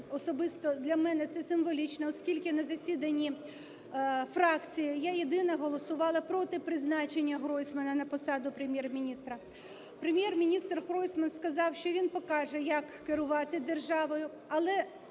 особисто для мене це символічно, оскільки на засіданні фракції я єдина голосувала проти призначення Гройсмана на посаду Прем'єр-міністра. Прем'єр-міністр Гройсман сказав, що він покаже як керувати державою, але,